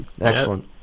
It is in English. Excellent